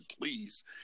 please